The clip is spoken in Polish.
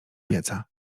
pieca